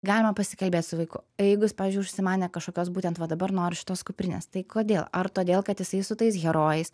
galima pasikalbėt su vaiku jeigu jis pavyzdžiui užsimanė kažkokios būtent va dabar noriu šitos kuprinės tai kodėl ar todėl kad jisai su tais herojais